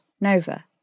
Nova